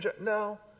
No